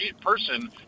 person